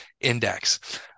Index